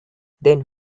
then